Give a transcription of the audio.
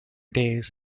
days